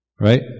right